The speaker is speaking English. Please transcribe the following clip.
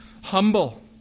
humble